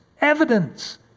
Evidence